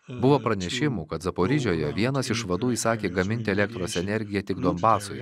buvo pranešimų kad zaporižioje vienas iš vadų įsakė gaminti elektros energiją tik donbasui